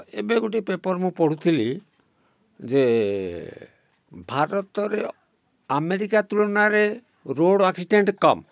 ଏବେ ଗୋଟେ ପେପର୍ ମୁଁ ପଢୁଥିଲି ଯେ ଭାରତରେ ଆମେରିକା ତୁଳନାରେ ରୋଡ଼ ଆକ୍ସିଡେଣ୍ଟ କମ୍